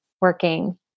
working